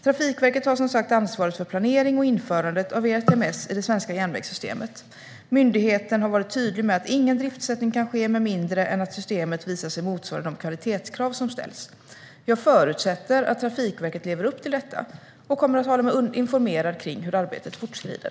Trafikverket har som sagt ansvaret för planering och införandet av ERTMS i det svenska järnvägssystemet. Myndigheten har varit tydlig med att ingen driftssättning kan ske med mindre än att systemet visar sig motsvara de kvalitetskrav som ställs. Jag förutsätter att Trafikverket lever upp till detta och kommer att hålla mig informerad om hur arbetet fortskrider.